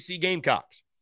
Gamecocks